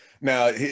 Now